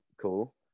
cool